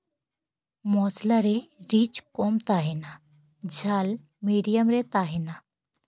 ᱢᱚᱥᱞᱟᱨᱮ ᱨᱤᱪ ᱠᱚᱢ ᱛᱟᱦᱮᱱᱟ ᱡᱷᱟᱞ ᱢᱤᱰᱤᱭᱟᱢ ᱨᱮ ᱛᱟᱦᱮᱱᱟ